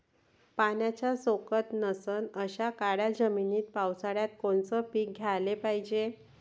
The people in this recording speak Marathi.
पाण्याचा सोकत नसन अशा काळ्या जमिनीत पावसाळ्यात कोनचं पीक घ्याले पायजे?